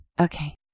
Okay